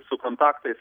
su kontaktais